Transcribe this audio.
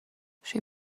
she